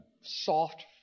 soft